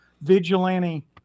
vigilante